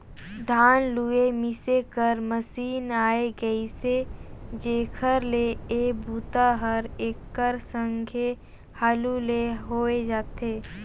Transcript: धान लूए मिसे कर मसीन आए गेइसे जेखर ले ए बूता हर एकर संघे हालू ले होए जाथे